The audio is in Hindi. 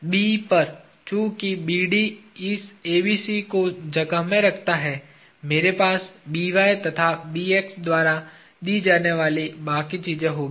B पर चूंकि BD इस ABC को जगह में रखता है मेरे पास और द्वारा दी जाने वाली बाकी चीजें होंगी